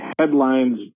headlines